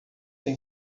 tem